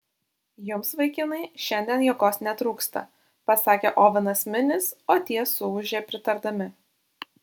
jums vaikinai šiandien jėgos netrūksta pasakė ovenas minis o tie suūžė pritardami